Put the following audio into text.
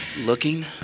looking